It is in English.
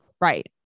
Right